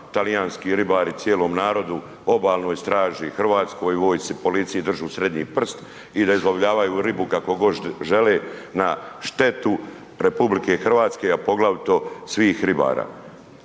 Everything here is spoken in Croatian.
talijanski ribari, cijelom narodu, obalnoj straži, hrvatskoj vojsci, policiji držu srednji prst i da izlovljavaju ribu kako god žele na štetu RH, a poglavito svih ribara.